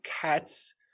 Cats